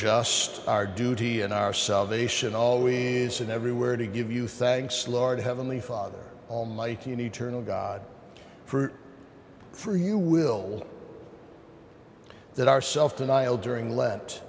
just our duty in our salvation always and everywhere to give you thanks lord heavenly father almighty an eternal god fruit for you will that our self denial during lent